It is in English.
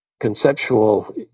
conceptual